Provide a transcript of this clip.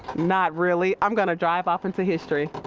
not really. i'm going to drive off into history.